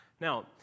Now